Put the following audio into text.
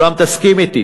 אולם תסכים אתי